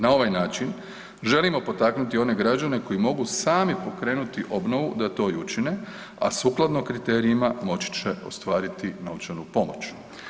Na ovaj način želimo potaknuti one građane koji mogu sami pokrenuti obnovu da to i učine, a sukladno kriterijima moći će ostvariti novčanu pomoć.